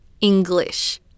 English